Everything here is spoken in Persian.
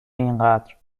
اینقدر